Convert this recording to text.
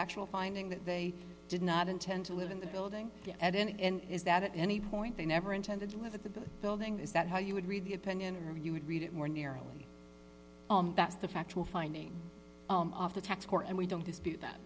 factual finding that they did not intend to live in the building at the end is that at any point they never intended to live at the building is that how you would read the opinion or you would read it more near zero that's the factual finding of the tax court and we don't dispute that